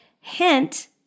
hint